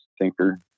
thinker